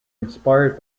inspired